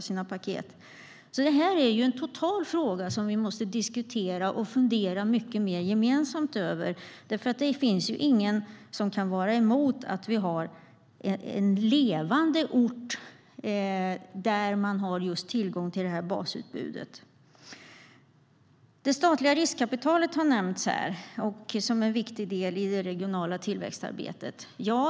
Detta är en helhetsfråga som vi måste diskutera och fundera mycket mer gemensamt på. Ingen kan vara emot att vi har en levande ort där man har tillgång till basutbudet. Det statliga riskkapitalet har nämnts som en viktig del i det regionala tillväxtarbetet.